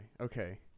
Okay